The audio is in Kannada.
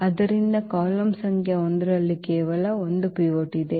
ಆದ್ದರಿಂದ ಕಾಲಮ್ ಸಂಖ್ಯೆ 1 ರಲ್ಲಿ ಕೇವಲ ಒಂದು ಪಿವೋಟ್ ಇದೆ